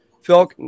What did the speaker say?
Phil